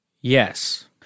yes